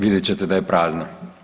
Vidjet ćete da je prazna.